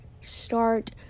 start